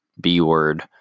b-word